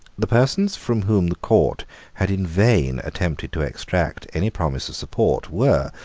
the persons from whom the court had in vain attempted to extract any promise of support were,